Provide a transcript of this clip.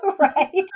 right